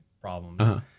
problems